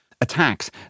attacks